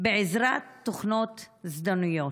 בעזרת תוכנות זדוניות.